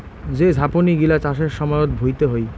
যে ঝাপনি গিলা চাষের সময়ত ভুঁইতে হই